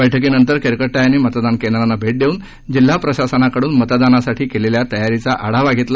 बक्कीनंतर केरकट्टा यांनी मतदान केंद्रांना भेट देऊन जिल्हा प्रशासनकडून मतदानासाठी केलेल्या तयारीचा आढावा त्यांनी घेतला